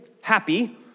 happy